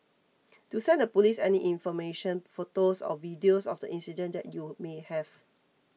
do send the Police any information photos or videos of the incident that you may have